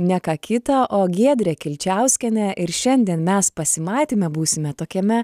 ne ką kitą o giedrę kilčiauskienę ir šiandien mes pasimatyme būsime tokiame